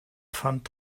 pfand